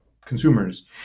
consumers